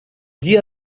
día